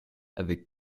avec